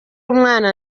umwana